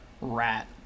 Rat